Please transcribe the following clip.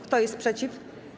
Kto jest przeciw?